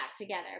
together